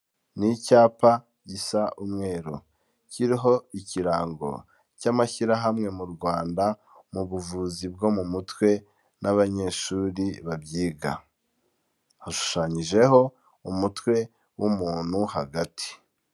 Ni icyapa gisa umweru kiriho ikirango cy'amashyirahamwe m'u Rwanda mu buvuzi bwo mu mutwe n'abanyeshuri babyiga, hashushanyijeho umutwe w'umuntu hagati.